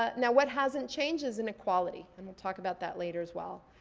ah now what hasn't changed is inequality. and we'll talk about that later as well.